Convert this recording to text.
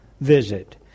visit